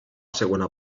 segona